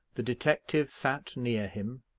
the detective sat near him,